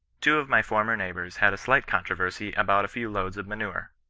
two of my former neighbours had a slight controversy about a few loads of manure.